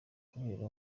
kubera